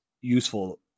useful